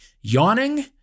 yawning